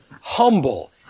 humble